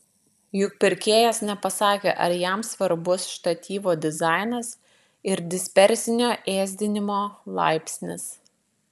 juk pirkėjas nepasakė ar jam svarbus štatyvo dizainas ir dispersinio ėsdinimo laipsnis